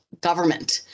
government